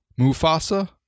Mufasa